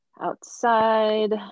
outside